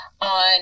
on